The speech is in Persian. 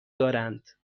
دارند